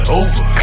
over